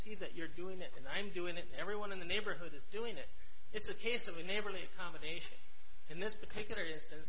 see that you're doing it and i'm doing it and everyone in the neighborhood is doing it it's a case of neighborly accommodation in this particular instance